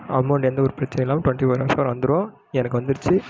amount எந்த ஒரு பிரச்சனை இல்லாமல் டொண்ட்டி ஃபோர் ஹவர்ஸில் வந்துடும் எனக்கு வந்துருச்சு